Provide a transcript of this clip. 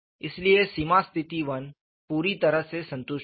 इसलिए सीमा स्थिति 1 पूरी तरह से संतुष्ट है